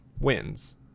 wins